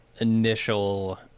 initial